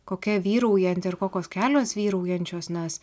kokia vyraujanti ar kokios kelios vyraujančios nes